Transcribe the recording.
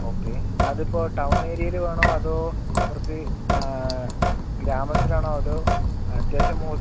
okay അതിപ്പോൾ town ഏരിയയിൽ വേണോ അതോ കുറച്ച് ഗ്രാമത്തിലാണോ അതോ അത്യാവശ്യം മോസ്